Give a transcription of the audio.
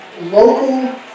local